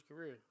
career